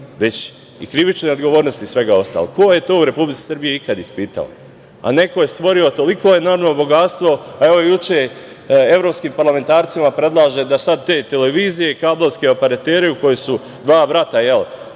već i krivične odgovornosti i svega ostalog. Ko je to u Republici Srbiji ikad ispitao, a neko je stvorio toliko enormno bogatstvo. Evo, juče evropskim parlamentarcima predlaže da sad te televizije, kablovske operatere koje su dva brata po